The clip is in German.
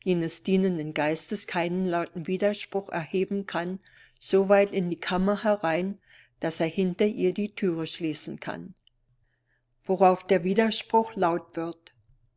jenes dienenden geistes keinen lauten widerspruch erheben kann so weit in die kammer herein daß er hinter ihr die türe schließen kann worauf der widerspruch laut wird